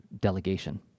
delegation